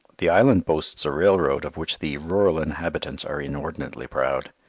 the island boasts a railroad of which the rural inhabitants are inordinately proud.